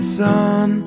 sun